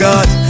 God